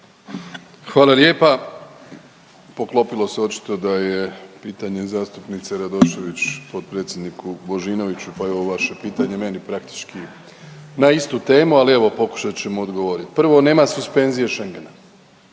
Hvala lijepa. Poklopilo se očito da je pitanje zastupnice Radošević potpredsjedniku Božinoviću, pa evo i vaše pitanje meni praktički na istu temu, ali evo pokušat ćemo odgovoriti. Prvo nema suspenzije Schengena.